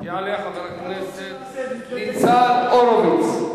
יעלה חבר הכנסת ניצן הורוביץ,